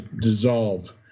dissolve